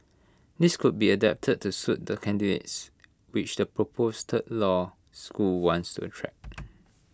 these could be adapted to suit the candidates which the proposed third law school wants attract